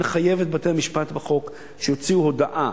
נחייב את בתי-המשפט בחוק שיוציאו הודעה